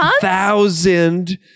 thousand